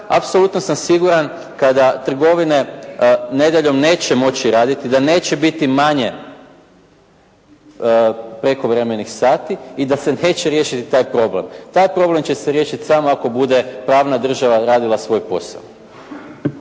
apsolutno sam siguran kada trgovine nedjeljom neće moći raditi da neće biti manje prekovremenih sati i da se neće riješiti taj problem. Taj problem će se riješiti samo ako bude pravna država radila svoj posao.